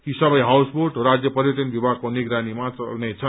यी सबै हाउसबोट राज्य पर्यटन विभागको निगरानीमा चल्नेछ